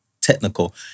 technical